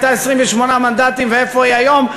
הייתה 28 מנדטים ואיפה היא היום,